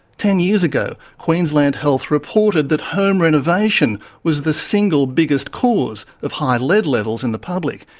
ten years ago, queensland health reported that home renovation was the single biggest cause of high lead levels in the public,